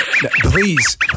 Please